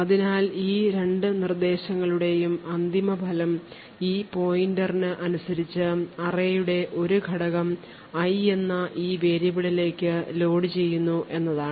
അതിനാൽ ഈ രണ്ട് നിർദ്ദേശങ്ങളുടെയും അന്തിമഫലം ഈ പോയിന്ററിന് അനുസരിച്ച് അറേയുടെ ഒരു ഘടകം i എന്ന ഈ വേരിയബിളിലേക്ക് ലോഡുചെയ്യുന്നു എന്നതാണ്